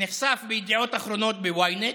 נחשף בידיעות אחרונות, ב-ynet,